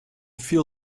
feel